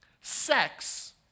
sex